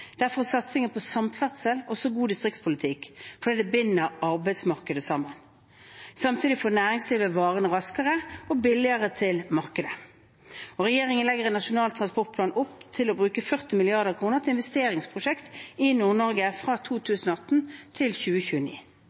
Derfor er satsingen på samferdsel også god distriktspolitikk, for det binder arbeidsmarkedet sammen. Samtidig får næringslivet varene raskere og billigere til markedet. Regjeringen legger i Nasjonal transportplan opp til å bruke 40 mrd. kr til investeringsprosjekter i Nord-Norge fra 2018 til 2029.